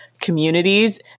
communities